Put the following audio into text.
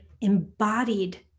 embodied